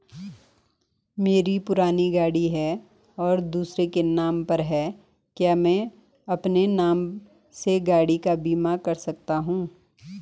मेरी पुरानी गाड़ी है और दूसरे के नाम पर है क्या मैं अपने नाम से गाड़ी का बीमा कर सकता हूँ?